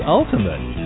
ultimate